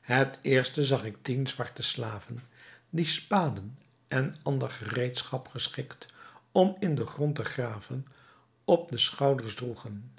het eerst zag ik tien zwarte slaven die spaden en ander gereedschap geschikt om in den grond te graven op de schouders droegen